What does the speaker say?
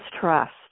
trust